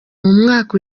mwaka